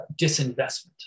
disinvestment